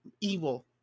evil